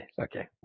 Okay